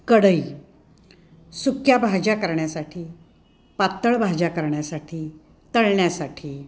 कढई सुक्या भाज्या करण्यासाठी पातळ भाज्या करण्यासाठी तळण्यासाठी